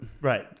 Right